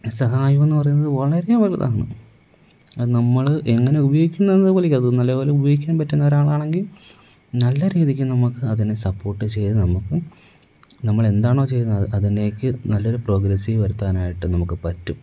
സഹായമെന്ന് പറയുന്നത് വളരെ വലുതാണ് അത് നമ്മൾ എങ്ങനെ ഉപയോഗിക്കുന്നതെന്ന് പോലെ ഇരിക്കും അത് നല്ലപോലെ ഉപയോഗിക്കാൻ പറ്റുന്ന ഒരാളാണെങ്കിൽ നല്ല രീതിക്ക് നമുക്ക് അതിനെ സപ്പോർട്ട് ചെയ്ത് നമുക്കും നമ്മൾ എന്താണോ ചെയ്യുന്നത് അത് അതിനേക്ക് നല്ലൊരു പ്രോഗ്രസീവ് വരുത്താനായിട്ട് നമുക്ക് പറ്റും